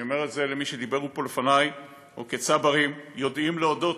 אני אומר את זה למי שדיבר פה לפני אנו כצברים יודעים להודות